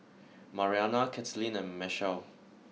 Mariana Katlyn and Machelle